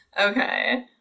Okay